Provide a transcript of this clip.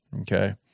okay